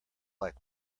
like